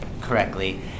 correctly